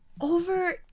over